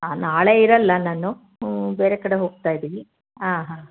ಹಾಂ ನಾಳೆ ಇರಲ್ಲ ನಾನು ಬೇರೆ ಕಡೆ ಹೋಗ್ತಾ ಇದ್ದೀವಿ ಹಾಂ ಹಾಂ